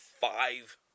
Five